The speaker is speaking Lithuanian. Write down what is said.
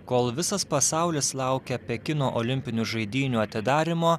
kol visas pasaulis laukia pekino olimpinių žaidynių atidarymo